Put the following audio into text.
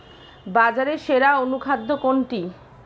বাজারে সেরা অনুখাদ্য কোনটি?